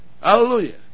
Hallelujah